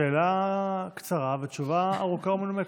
שאלה קצרה ותשובה ארוכה ומנומקת.